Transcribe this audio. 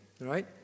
right